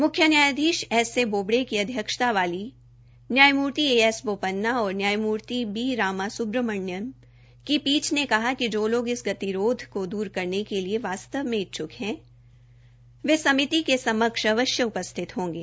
मुख्य न्यायाधीश S A Bobde की अध्यक्षता वाली न्यायमूर्ति ए एस बोपन्ना और न्यायमूर्ति बी रामा सुब्रामणियम की पीठ ने कहा कि जो लोग इस गतिरोध को दूर करने के लिए वास्तव में इच्छुक है वे समिति के समक्ष अवश्य उपस्थित होंगे